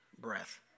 breath